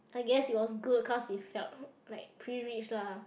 I guess it was good cause it's like oh like pretty rich lah